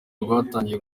rwatangiye